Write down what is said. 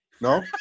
No